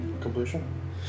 completion